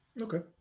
Okay